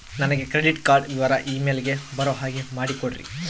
ನನಗೆ credit card ವಿವರ email ಗೆ ಬರೋ ಹಾಗೆ ಮಾಡಿಕೊಡ್ರಿ?